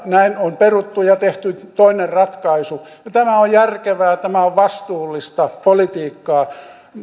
näin on peruttu ja tehty toinen ratkaisu tämä on järkevää ja tämä on vastuullista politiikkaa